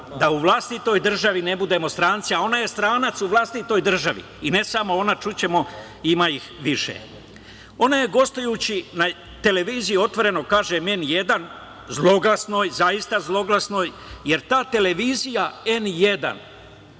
da u vlastitoj državi ne budemo stranci“, a ona je stranac u vlastitoj državi i ne samo ona, čućemo, ima ih više. Ona je gostujući na televiziji, otvoreno kažem N1, zloglasnoj, zaista zloglasnoj, jer ta televizija N1